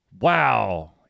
wow